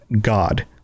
God